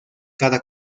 cada